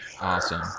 Awesome